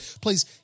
please